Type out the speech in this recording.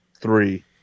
three